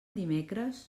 dimecres